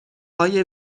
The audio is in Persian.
های